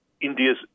India's